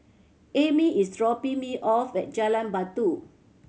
Ammie is dropping me off at Jalan Batu